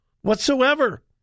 whatsoever